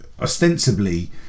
Ostensibly